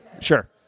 Sure